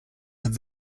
have